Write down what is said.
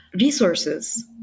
resources